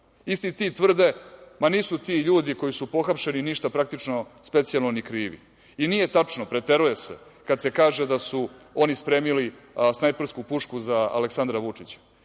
isti ti tvrde – ma nisu ti ljudi koji su pohapšeni ništa praktično specijalno ni krivi. I nije tačno, preteruje se kad se kaže da su oni spremili snajpersku pušku za Aleksandra Vučića.